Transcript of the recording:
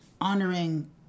honoring